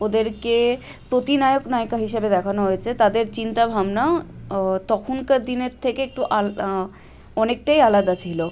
ওদেরকে প্রতিনায়ক নায়িকা হিসাবে দেখানো হয়েছে তাদের চিন্তা ভাবনা তখনকার দিনের থেকে একটু আল অনেকটাই আলাদা ছিলো